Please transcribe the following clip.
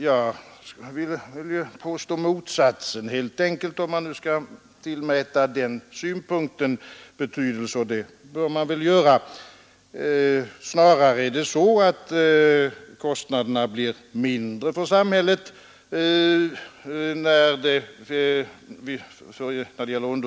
Jag vill påstå motsatsen — om man skall tillmäta kostnadssynpunkten betydelse, och det bör man väl göra. Snarare är det så att kostnaderna blir mindre för samhället.